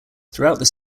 throughout